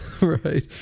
Right